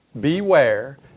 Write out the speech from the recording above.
Beware